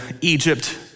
Egypt